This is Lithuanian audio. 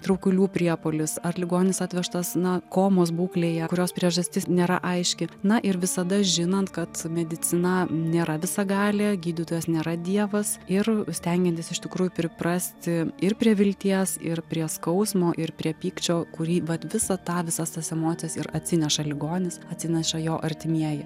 traukulių priepuolis ar ligonis atvežtas na komos būklėje kurios priežastis nėra aiški na ir visada žinant kad medicina nėra visagalė gydytojas nėra dievas ir stengiantis iš tikrųjų priprasti ir prie vilties ir prie skausmo ir prie pykčio kurį vat visą tą visas tas emocijas ir atsineša ligonis atsineša jo artimieji